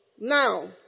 Now